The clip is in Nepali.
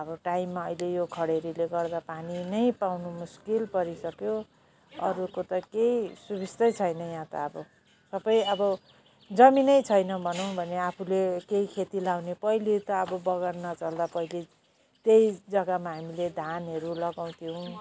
अब टाइममा अहिले हो खडेरीले गर्दा पानी नै पाउनु मुस्किल परिसक्यो अरूको त केही सुबिस्ता छैन यहाँ त अब सब अब जमिन नै छैन भनौँ भने आफूले केही खेती लगाउने पहिले त अब बगान नचल्दा पहिले त्यही जगामा हामीले धानहरू लगाउँथ्यौँ